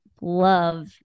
love